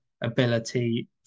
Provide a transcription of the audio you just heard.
ability